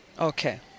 Okay